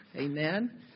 Amen